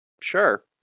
Sure